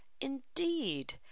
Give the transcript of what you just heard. indeed